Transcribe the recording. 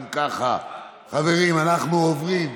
אם ככה, חברים, אנחנו עוברים,